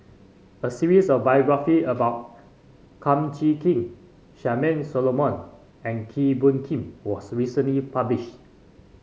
a series of biography about Kum Chee Kin Charmaine Solomon and Kee Bee Khim was recently published